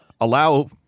allow